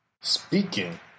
speaking